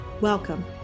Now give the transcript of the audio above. Welcome